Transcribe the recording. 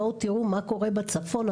בואו תראו מה קורה בצפון.